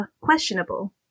questionable